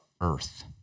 earth